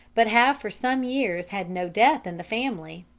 but have for some years had no death in the family.